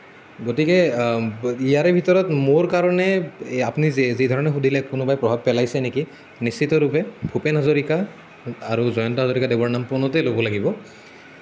গতিকে ইয়াৰে ভিতৰত মোৰ কাৰণে এই আপুনি যে যিধৰণে সুধিলে কোনোবাই প্ৰভাৱ পেলাইছে নেকি নিশ্চিতৰূপে ভূপেন হাজৰিকা আৰু জয়ন্ত হাজৰিকাদেৱৰ নাম পোনতে ল'ব লাগিব